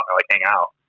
like, hang out.